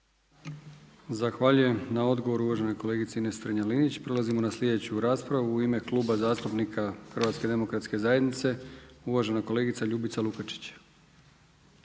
Zahvaljujem na odgovoru uvaženoj kolegici Ines Strenja-Linić. Prelazimo na sljedeću raspravu u ime Kluba zastupnika HDZ-a, uvažena kolegica Ljubica Lukačić.